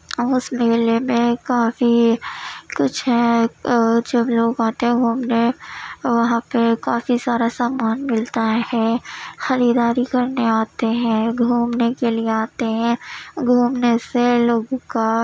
اس میلے میں کافی کچھ ہے اور جب لوگ آتے ہیں گھومنے وہاں پہ کافی سارا سامان ملتا ہے خریداری کرنے آتے ہیں گھومنے کے لیے آتے ہیں گھومنے سے لوگوں کا